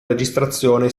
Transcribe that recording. registrazione